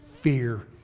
fear